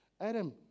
Adam